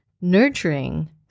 nurturing